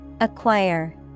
acquire